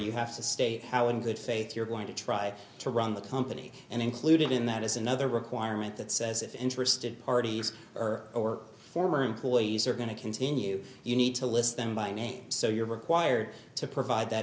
you have to state how in good faith you're going to try to run the company and included in that is another requirement that says if interested parties or or former employees are going to continue you need to list them by name so you're required to provide that